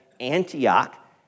Antioch